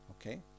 Okay